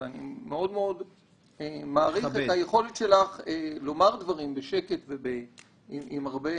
ואני מאוד מאוד מעריך את היכולת שלך לומר דברים בשקט ועם הרבה